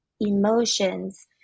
emotions